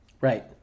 right